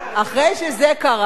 אחרי שזה קרה,